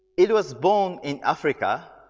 it was born in africa,